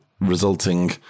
resulting